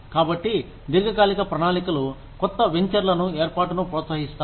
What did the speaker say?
కాబట్టి దీర్ఘకాలిక ప్రణాళికలు కొత్త వెంచర్ల ఏర్పాటును ప్రోత్సహిస్తాయి